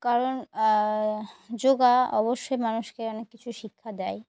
কারণ যোগা অবশ্যই মানুষকে অনেক কিছু শিক্ষা দেয়